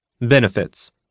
Benefits